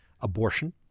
Abortion